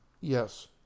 Yes